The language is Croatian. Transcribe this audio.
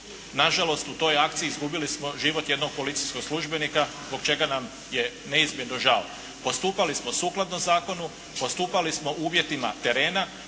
na žalost u toj akciji izgubili smo život jednog policijskog službenika zbog čega nam je neizmjerno žao. Postupali smo sukladno zakonu. Postupali smo uvjetima terena.